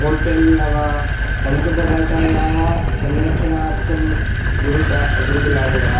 hotel न वा संस्कृतभाषायाः संरक्षणार्थं गुरुकुलं गुरुकुलानि वा